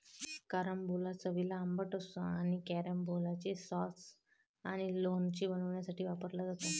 carambola चवीला आंबट असतो आणि कॅरंबोलाचे सॉस आणि लोणचे बनवण्यासाठी वापरला जातो